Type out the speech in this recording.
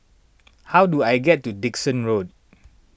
how do I get to Dickson Road